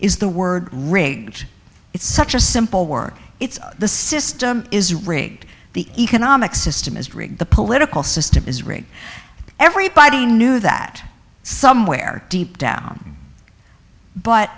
is the word rigged it's such a simple word it's the system is rigged the economic system is rigged the political system is rigged everybody knew that somewhere deep down but